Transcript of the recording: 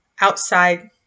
outside